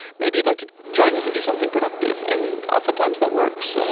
maybe you'd like to join us and do something productive. and oftentimes, that works.